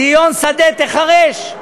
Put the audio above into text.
ציון שדה תיחרש,